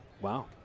Wow